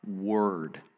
word